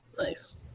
Nice